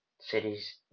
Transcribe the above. cities